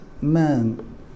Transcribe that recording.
man